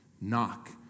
Knock